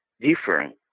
different